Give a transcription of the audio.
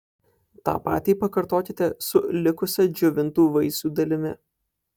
tą patį pakartokite su likusia džiovintų vaisių dalimi